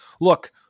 look